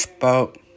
boat